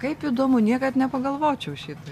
kaip įdomu niekad nepagalvočiau šitaip